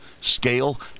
scale